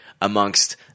amongst